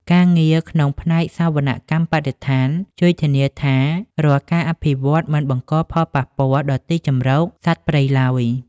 ការងារក្នុងផ្នែកសវនកម្មបរិស្ថាន ជួយធានាថារាល់ការអភិវឌ្ឍន៍មិនបង្កផលប៉ះពាល់ដល់ទីជម្រកសត្វព្រៃឡើយ។